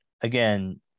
again